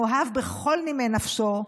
מאוהב בכל נימי נפשו,